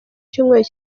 cyumweru